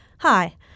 Hi